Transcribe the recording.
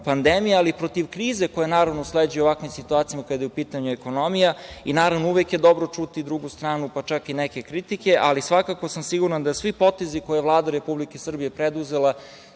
pandemije, ali i protiv krize koja, naravno, sleduje u ovakvim situacijama kada je u pitanju ekonomija. Naravno, uvek je dobro čuti i drugu stranu, pa čak i neke kritike, ali svakako sam siguran da su svi potezi koje je Vlada Republike Srbije preduzela